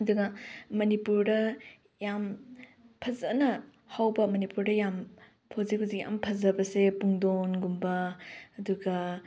ꯑꯗꯨꯒ ꯃꯅꯤꯄꯨꯔꯗ ꯌꯥꯝ ꯐꯖꯅ ꯍꯧꯕ ꯃꯅꯤꯄꯨꯔꯗ ꯌꯥꯝ ꯍꯧꯖꯤꯛ ꯍꯧꯖꯤꯛ ꯌꯥꯝ ꯐꯖꯕꯁꯦ ꯄꯨꯡꯗꯣꯟꯒꯨꯝꯕ ꯑꯗꯨꯒ